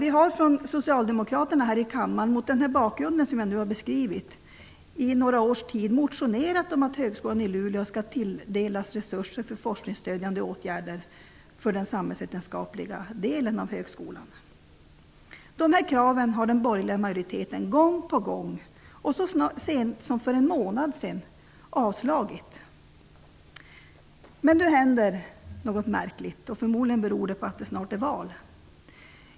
Mot den bakgrund som jag har beskrivit har vi socialdemokrater här i kammaren i några års tid motionerat om att Högskolan i Luleå skall tilldelas resurser för forskningsstödjande åtgärder för den samhällsvetenskapliga delen av högskolan. De här kraven har den borgerliga majoriteten gång på gång, och så sent som för en månad sedan, avslagit. Men nu händer något märkligt som förmodligen beror på att det snart är val.